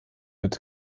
mit